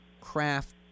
craft